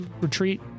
retreat